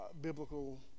biblical